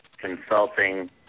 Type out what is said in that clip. Consulting